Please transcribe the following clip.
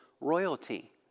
royalty